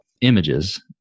images